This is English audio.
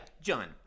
John